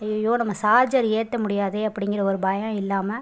அய்யய்யோ நம்ம சார்ஜர் ஏற்ற முடியாதே அப்படிங்கற ஒரு பயம் இல்லாமல்